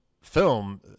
film